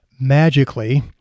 magically